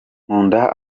nkunda